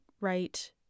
right